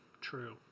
true